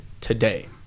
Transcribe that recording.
today